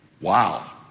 Wow